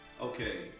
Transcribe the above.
Okay